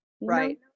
Right